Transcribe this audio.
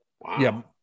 Wow